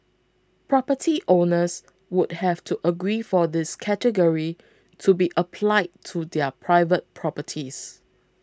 property owners would have to agree for this category to be applied to their private properties